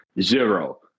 Zero